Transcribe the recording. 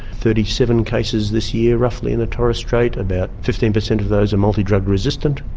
thirty seven cases this year roughly in the torres strait, about fifteen percent of those are multi-drug resistant.